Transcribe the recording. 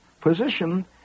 position